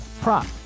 prop